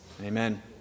Amen